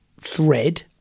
thread